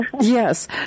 Yes